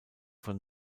von